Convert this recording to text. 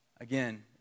Again